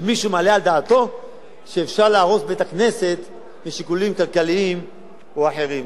מי שמעלה על דעתו שאפשר להרוס בית-כנסת משיקולים כלכליים או אחרים.